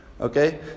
okay